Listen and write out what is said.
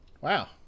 Wow